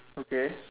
okay